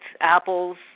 apples